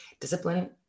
discipline